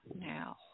now